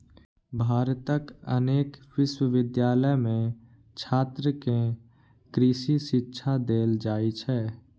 भारतक अनेक विश्वविद्यालय मे छात्र कें कृषि शिक्षा देल जाइ छै